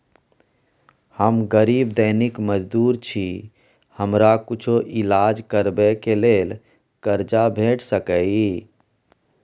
हम गरीब दैनिक मजदूर छी, हमरा कुछो ईलाज करबै के लेल कर्जा भेट सकै इ?